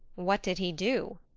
what did he do?